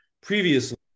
previously